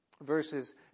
verses